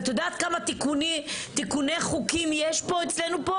את יודעת כמה תיקוני חוקים יש פה אצלנו פה